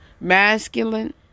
masculine